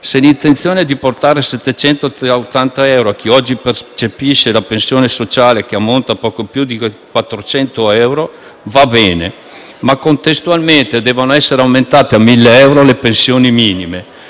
Se l'intenzione è di portare a 780 euro la pensione di chi oggi percepisce la pensione sociale che ammonta a poco più di 400 euro, va bene, ma contestualmente devono essere aumentate a 1.000 euro le pensioni minime.